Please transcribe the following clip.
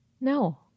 No